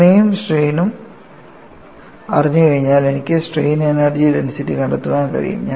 സിഗ്മയും strain ഉം അറിഞ്ഞുകഴിഞ്ഞാൽ എനിക്ക് സ്ട്രെയിൻ എനർജി ഡെൻസിറ്റി കണ്ടെത്താൻ കഴിയും